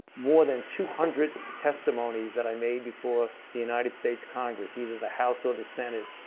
more than two hundred testimonies that i made before the united states congress, either the house or the senate,